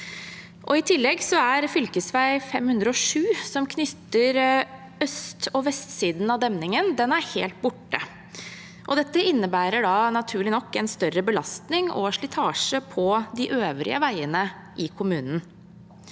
I tillegg er fv. 507, som knytter sammen øst- og vestsiden av demningen, helt borte. Dette innebærer naturlig nok en større belastning og slitasje på de øvrige veiene i kommunen.